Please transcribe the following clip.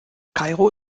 kairo